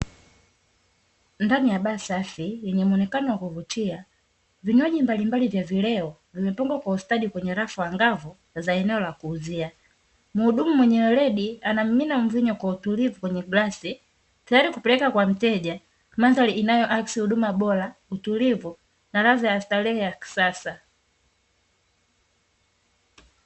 Ndani ya baa safi yenye muonekano wa kuvutia vinywaji mbalimbali vya kileo vimepangwa kwa ustadi kwenye rafu angavu za eneo la kuuzia. Muhudumu mwenye weledi anamimina mvinyo kwa utulivu kwenye glasi tayari kupeleka kwa mteja, mandhari inayoakisi huduma bora utulivu na ladha ya starehe ya kisasa.